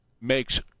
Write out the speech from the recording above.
Makes